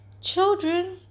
children